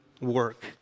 work